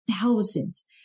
thousands